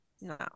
No